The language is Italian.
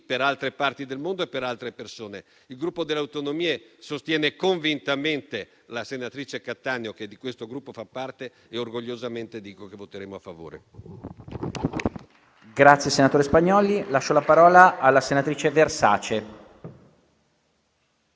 per altre parti del mondo e per altre persone. Il Gruppo per le Autonomie sostiene convintamente la senatrice Cattaneo che di questo Gruppo fa parte e orgogliosamente annuncio che voteremo a favore